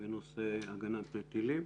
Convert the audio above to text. בנושא הגנת טילים